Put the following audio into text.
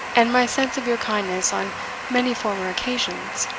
and my sense of your kindness on many former occasions.